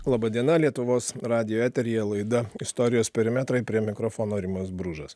laba diena lietuvos radijo eteryje laida istorijos perimetrai prie mikrofono rimas bružas